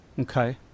okay